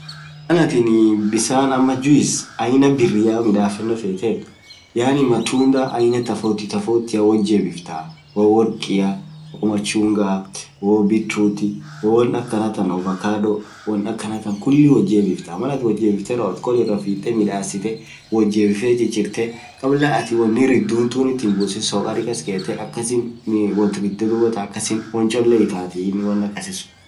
malatin juis ainaa tofautiia midafenoo feet, yaanii matundaa ainaa tofautiaa woat jebisitaa hoo workiia, hoo ovacadoa, hoo machungaa, hoo bitrutii kuuli woat jebisitaa kol irrafittee kablaa atiin wooni riidh tuunit hinbusiin duub akkasin woncholee ittaati woan akasii suun.